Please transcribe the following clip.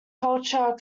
culture